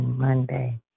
Monday